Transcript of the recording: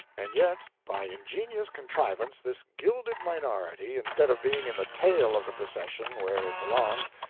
and yet, by ingenious contrivance, this gilded minority, instead of being in the tail of the procession where it belonged,